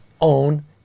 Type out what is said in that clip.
own